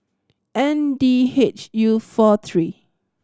N D H U four three